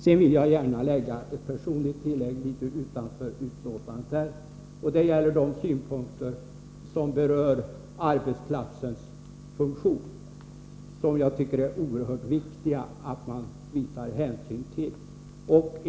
Sedan vill jag gärna göra ett personligt inlägg, litet utanför betänkandet. Det gäller de synpunkter som berör arbetsplatsens funktion. Jag tycker att det är oerhört viktigt att vi tar hänsyn till dessa synpunkter.